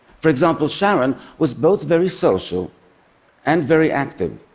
for example, sharon was both very social and very active.